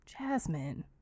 Jasmine